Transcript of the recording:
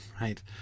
right